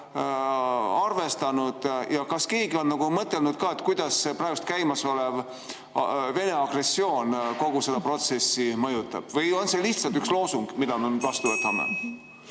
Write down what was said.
arvestanud? Ja kas keegi on mõelnud, kuidas praegu käimasolev Venemaa agressioon kogu seda protsessi võib mõjutada? Või on see lihtsalt üks loosung, mille me vastu võtame?